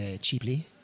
cheaply